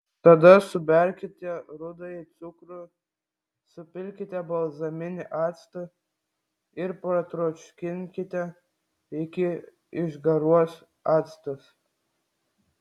tada suberkite rudąjį cukrų supilkite balzaminį actą ir patroškinkite iki išgaruos actas